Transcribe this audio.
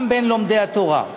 גם בין לומדי התורה.